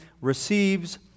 receives